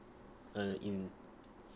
uh in